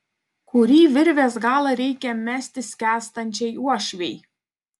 kurį virvės galą reikia mesti skęstančiai uošvei